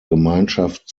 gemeinschaft